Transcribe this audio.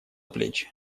плечи